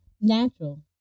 natural